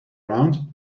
round